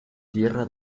tierra